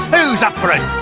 who's up for a.